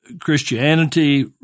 Christianity